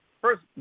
first